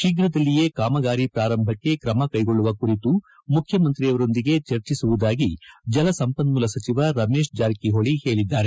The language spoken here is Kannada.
ಶೀಘದಲ್ಲಿಯೇ ಕಾಮಗಾರಿ ಪಾರಂಭಕ್ಷೆ ಕ್ರಮ ಕೈಗೊಳ್ಳುವ ಕುರಿತು ಮುಖ್ಯಮಂತ್ರಿಯವರೊಂದಿಗೆ ಚರ್ಚಿಸುವುದಾಗಿ ಜಲಸಂಪನೂಲ ಸಚಿವ ರಮೇಶ್ ಜಾರಕಿಹೊಳಿ ಹೇಳಿದ್ದಾರೆ